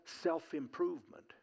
self-improvement